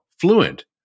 fluent